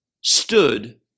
stood